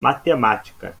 matemática